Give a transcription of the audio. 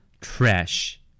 Trash